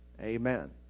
amen